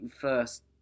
first